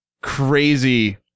crazy